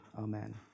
amen